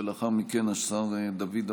ולאחר מכן השר דוד אמסלם,